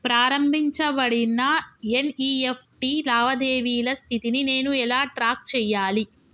ప్రారంభించబడిన ఎన్.ఇ.ఎఫ్.టి లావాదేవీల స్థితిని నేను ఎలా ట్రాక్ చేయాలి?